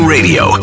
Radio